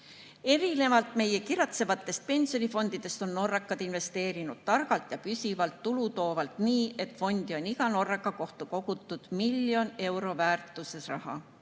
Erinevalt meie kiratsevatest pensionifondidest on Norras pensionifondidesse investeeritud targalt ja püsivalt tulutoovalt, nii et fondi on iga norraka kohta kogutud miljoni euro väärtuses raha.